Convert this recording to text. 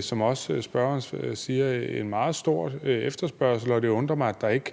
som spørgeren også siger, at der er en meget stor efterspørgsel efter det, og det undrer mig, at der ikke